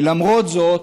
ולמרות זאת,